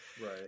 Right